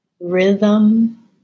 rhythm